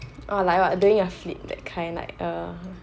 oh like during your sleep that kind err